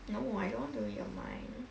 no I don't want to read your mind